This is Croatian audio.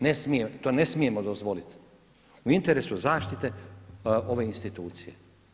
Ne smije, to ne smijemo dozvoliti u interesu zaštite ove institucije.